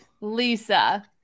Lisa